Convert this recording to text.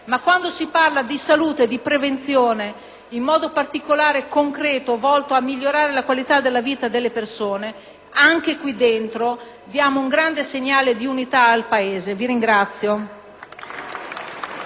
ma quando si parla di salute e di prevenzione in modo particolare e concreto, volto a migliorare la qualità della vita delle persone, anche in quest'Aula diamo un grande segnale di unità al Paese. *(Generali